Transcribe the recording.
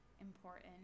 important